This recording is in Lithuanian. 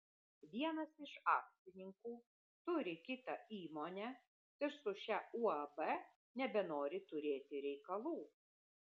vienas iš akcininkų turi kitą įmonę ir su šia uab nebenori turėti reikalų